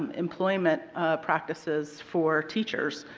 employment practices for teachers.